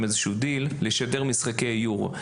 איזשהו דיל אפשרות לשדר משחקי יורו.